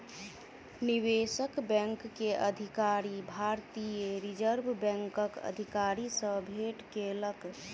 निवेशक बैंक के अधिकारी, भारतीय रिज़र्व बैंकक अधिकारी सॅ भेट केलक